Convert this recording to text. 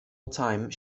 time